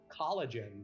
collagen